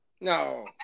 No